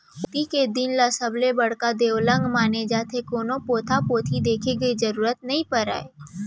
अक्ती के दिन ल सबले बड़का देवलगन माने जाथे, कोनो पोथा पतरी देखे के जरूरत नइ परय